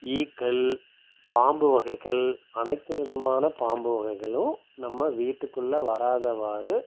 ஈக்கள் பாம்பு வகைகள் அனைத்து விதமான பாம்பு வகைகளும் நம்ம வீட்டுக்குள்ளே வராதவாறு